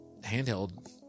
handheld